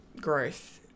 growth